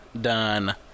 done